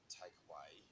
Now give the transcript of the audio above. takeaway